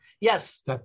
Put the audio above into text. Yes